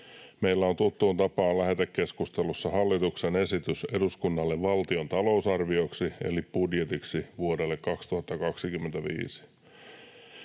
Meillä on tuttuun tapaan lähetekeskustelussa hallituksen esitys eduskunnalle valtion talousarvioksi eli budjetiksi vuodelle 2025.